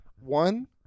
One